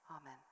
Amen